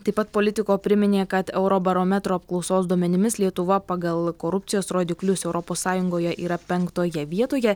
taip pat politico priminė kad eurobarometro apklausos duomenimis lietuva pagal korupcijos rodiklius europos sąjungoje yra penktoje vietoje